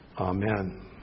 Amen